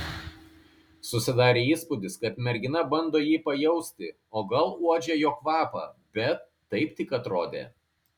susidarė įspūdis kad mergina bando jį pajausti o gal uodžia jo kvapą bet taip tik atrodė